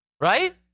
Right